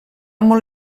molt